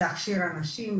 להכשיר אנשים,